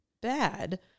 bad